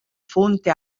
fonte